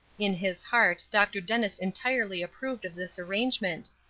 in his heart dr. dennis entirely approved of this arrangement,